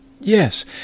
Yes